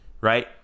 Right